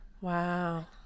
wow